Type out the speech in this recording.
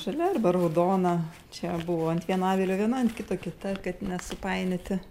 žalia arba raudona čia buvo ant vieno avilio viena ant kito kita kad nesupainioti